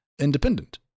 independent